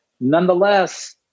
Nonetheless